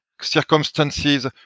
circumstances